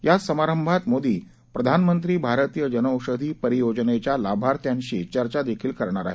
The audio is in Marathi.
याच समारंभात मोदी प्रधानमंत्री भारतीय जनौषधी परियोजनेच्या लार्भाथ्यांशी चर्चादेखील करणार आहेत